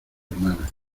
hermana